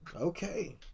okay